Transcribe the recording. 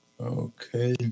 Okay